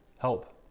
help